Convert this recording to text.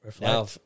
now